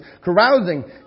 carousing